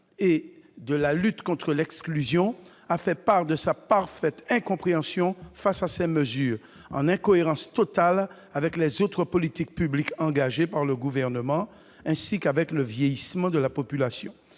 et de la lutte contre l'exclusion a fait part de sa parfaite incompréhension face à ces mesures « en incohérence totale avec les autres politiques publiques engagées par le Gouvernement, ainsi qu'avec le vieillissement de la population